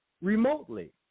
remotely